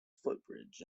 footbridge